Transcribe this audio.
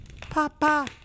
Papa